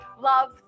love